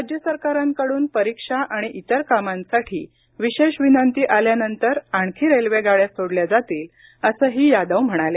राज्य सरकारांकडून परीक्षा आणि आणि इतर कामांसाठी विशेष विनंती आल्यानंतर आणखी रेल्वेगाड्या सोडल्या जातील असंही यादव म्हणाले